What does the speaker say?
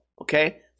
okay